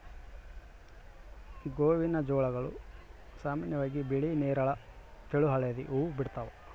ಗೋವಿನಜೋಳಗಳು ಸಾಮಾನ್ಯವಾಗಿ ಬಿಳಿ ನೇರಳ ತೆಳು ಹಳದಿ ಹೂವು ಬಿಡ್ತವ